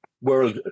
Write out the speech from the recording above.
world